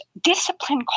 discipline